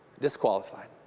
disqualified